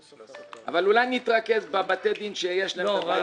משתמש ------ אולי נתרכז בבית הדין שיש להם את הבעיות?